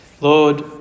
Lord